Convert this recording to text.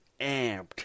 amped